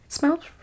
Smells